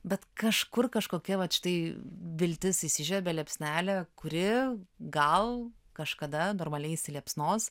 bet kažkur kažkokia vat štai viltis įsižiebė liepsnelė kuri gal kažkada normaliai įsiliepsnos